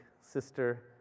sister